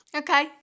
okay